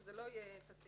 שזה לא יהיה תצהיר.